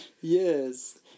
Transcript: Yes